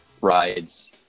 rides